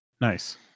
Nice